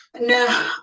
no